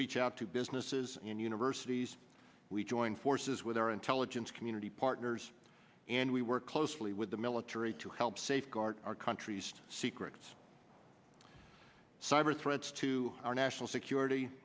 reach out to businesses and universities we join forces with our intelligence community partners and we work closely with the military to help safeguard our country's secrets cyber threats to our national security